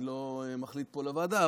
אני לא מחליט פה על הוועדה,